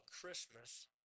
Christmas